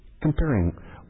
comparing